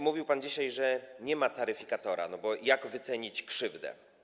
Mówił pan dzisiaj, że nie ma taryfikatora, bo jak wycenić krzywdę.